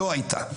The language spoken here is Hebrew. לא היתה.